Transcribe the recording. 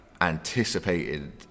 anticipated